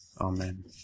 Amen